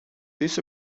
this